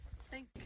thank